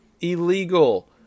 illegal